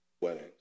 weddings